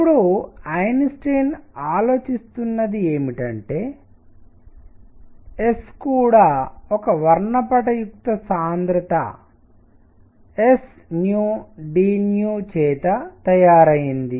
ఇప్పుడు ఐన్స్టీన్ ఆలోచిస్తున్నది ఏమిటంటే S కూడా ఒక వర్ణపటయుక్త s dv చేత తయారైంది